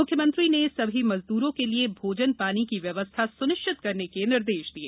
म्ख्यमंत्री ने सभी मजदूरों के लिए भोजन पानी की व्यवस्था स्निश्तित करने के भी निर्देष दिए